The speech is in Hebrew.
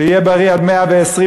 שיהיה בריא עד מאה-ועשרים,